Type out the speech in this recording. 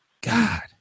God